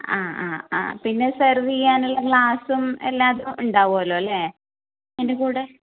ആ ആ ആ പിന്നെ സെർവ് ചെയ്യാൻ ഉള്ള ഗ്ലാസും എല്ലാം ഉണ്ടാവുമല്ലോ അല്ലേ അതിൻ്റെ കൂടെ